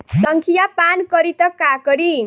संखिया पान करी त का करी?